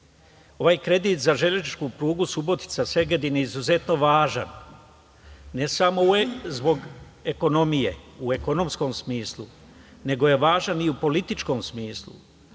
kredit za železničku prugu Subotica-Segedin je izuzetno važan, ne samo u ekonomskom smislu, nego je važan i u političkom smislu,